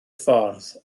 ffordd